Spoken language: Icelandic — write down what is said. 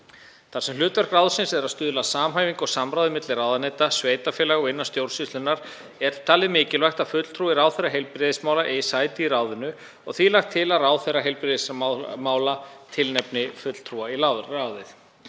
Þar sem hlutverk þess er að stuðla að samhæfingu og samráði milli ráðuneyta, sveitarfélaga og innan stjórnsýslunnar er talið mikilvægt að fulltrúi ráðherra heilbrigðismála eigi þar sæti og því lagt til að ráðherra heilbrigðismála tilnefni fulltrúa í ráðið.